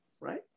right